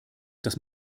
das